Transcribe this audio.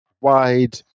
wide